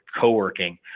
co-working